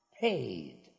Paid